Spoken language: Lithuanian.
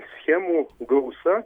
schemų gausa